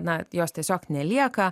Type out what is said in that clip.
na jos tiesiog nelieka